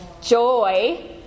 joy